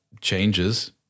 changes